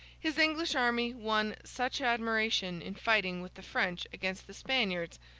his english army won such admiration in fighting with the french against the spaniards,